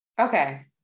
okay